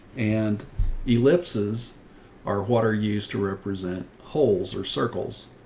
and ellipses are what are used to represent holes or circles.